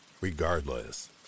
Regardless